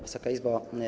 Wysoka Izbo!